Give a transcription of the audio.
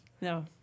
No